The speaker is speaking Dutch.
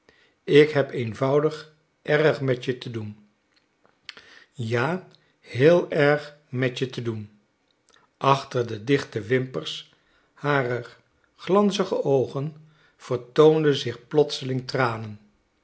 ik heb eenvoudig erg met je te doen ja heel erg met je te doen achter de dichte wimpers harer glanzige oogen vertoonden zich plotseling tranen